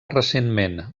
recentment